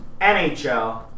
NHL